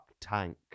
tank